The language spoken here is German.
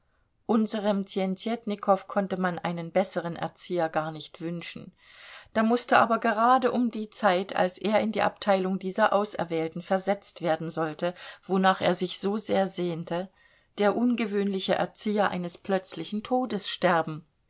unserem tjentjetnikow konnte man einen besseren erzieher gar nicht wünschen da mußte aber gerade um die zeit als er in die abteilung dieser auserwählten versetzt werden sollte wonach er sich so sehr sehnte der ungewöhnliche erzieher eines plötzlichen todes sterben